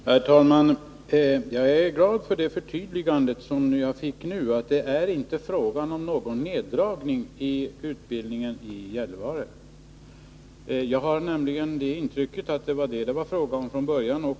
Herr talman! Jag är glad för det förtydligande som jag fick nu, dvs. att det inte är fråga om någon neddragning av utbildningen i Gällivare. Jag har nämligen haft intrycket att det från början var fråga om det.